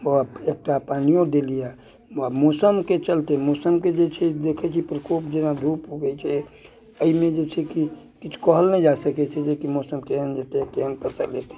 ओकरा बाद एकटा पानिओ देलियैए आब मौसमके चलते मौसमके जे छै जे देखैत छी प्रकोप जेना धूप उगैत छै एहिमे जे छै कि किछु कहल नहि जा सकैत छै जेकि मौसम केहन जेतै केहन फसल हेतै